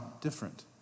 different